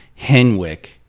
henwick